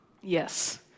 Yes